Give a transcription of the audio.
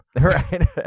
Right